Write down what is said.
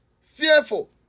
fearful